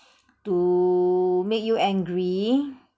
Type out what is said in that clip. to make you angry